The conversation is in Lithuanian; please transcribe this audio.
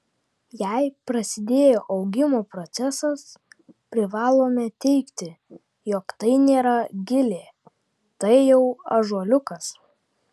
jei prasidėjo augimo procesas privalome teigti jog tai nėra gilė tai jau ąžuoliukas